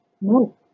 No